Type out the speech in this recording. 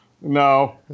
No